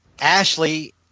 Ashley